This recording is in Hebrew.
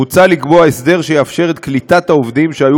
מוצע לקבוע הסדר שיאפשר את קליטת העובדים שהיו